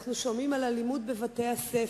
אנחנו שומעים על אלימות בבתי-הספר.